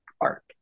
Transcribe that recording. art